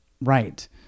right